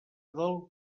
del